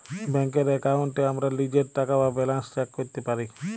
ব্যাংকের এক্কাউন্টে আমরা লীজের টাকা বা ব্যালান্স চ্যাক ক্যরতে পারি